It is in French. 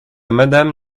madame